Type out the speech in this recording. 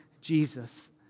Jesus